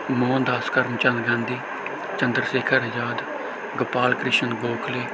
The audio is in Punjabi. ਮੋਹਨ ਦਾਸ ਕਰਮ ਚੰਦ ਗਾਂਧੀ ਚੰਦਰ ਸ਼ੇਖਰ ਆਜ਼ਾਦ ਗੋਪਾਲ ਕ੍ਰਿਸ਼ਨ ਗੋਖਲੇ